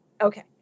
Okay